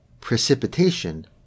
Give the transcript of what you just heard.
precipitation